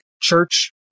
church